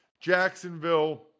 Jacksonville